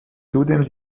zudem